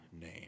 name